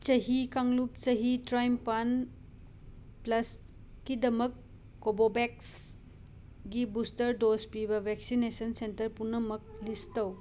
ꯆꯍꯤ ꯀꯥꯡꯂꯨꯞ ꯆꯍꯤ ꯇ꯭ꯔꯥꯏꯝꯄꯥꯟ ꯄ꯭ꯂꯁꯀꯤꯗꯃꯛ ꯀꯣꯕꯣꯕꯦꯛꯁꯒꯤ ꯕꯨꯁꯇꯔ ꯗꯣꯁ ꯄꯤꯕ ꯕꯦꯛꯁꯤꯅꯦꯁꯟ ꯁꯦꯟꯇꯔ ꯄꯨꯝꯅꯃꯛ ꯂꯤꯁ ꯇꯧ